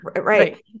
right